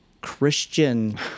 Christian